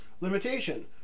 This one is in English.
Limitation